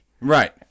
Right